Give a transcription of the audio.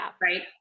Right